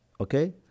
Okay